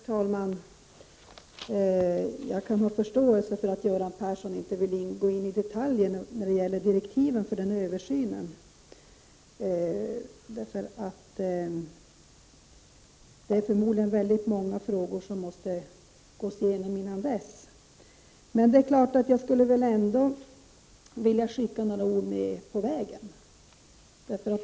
Herr talman! Jag kan förstå att Göran Persson inte vill gå in på detaljer när det gäller direktiven för den aviserade översynen. Det är förmodligen synnerligen många frågor som man måste gå igenom dessförinnan. Men jag skulle nog ändå vilja skicka med några ord på vägen.